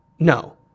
No